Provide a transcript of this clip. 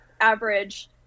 average